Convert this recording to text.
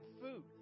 food